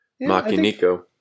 Makiniko